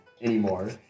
anymore